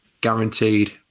guaranteed